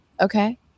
Okay